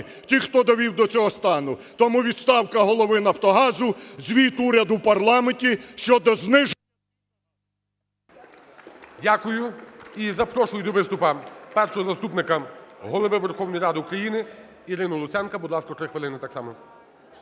Ті, хто довів до цього стану. Тому відставка голови "Нафтогазу", звіт уряду в парламенті щодо…